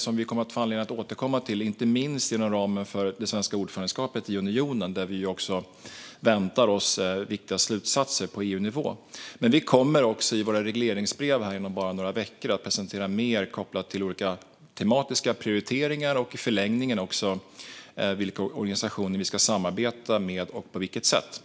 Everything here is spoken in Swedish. Det kommer vi att få anledning att återkomma till inte minst inom ramen för det svenska ordförandeskapet i Europeiska unionen, där vi också väntar oss viktiga slutsatser på EU-nivå. Vi kommer också i våra regleringsbrev inom bara några veckor att presentera mer kopplat till olika tematiska prioriteringar och i förlängningen också vilka organisationer vi ska samarbeta med och på vilket sätt.